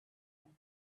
him